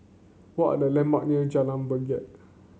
what are the landmark near Jalan Bangket